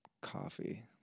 Coffee